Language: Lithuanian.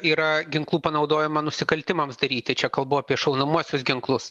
yra ginklų panaudojima nusikaltimams daryti čia kalbu apie šaunamuosius ginklus